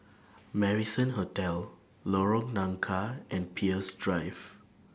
Marrison Hotel Lorong Nangka and Peirce Drive